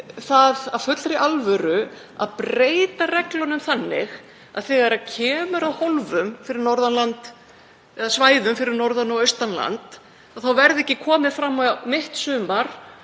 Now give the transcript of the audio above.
það af fullri alvöru að breyta reglunum þannig að þegar kemur að hólfum fyrir norðan land eða svæðum fyrir norðan og austan land verði ekki komið fram á mitt sumar